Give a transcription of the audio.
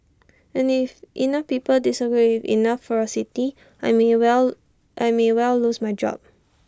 and if enough people disagree with enough ferocity I may well I may well lose my job